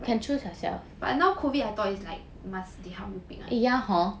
but now COVID I thought they must help you pick [one]